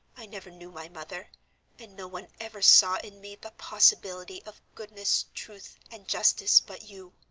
i never knew my mother and no one ever saw in me the possibility of goodness, truth, and justice but you.